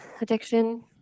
addiction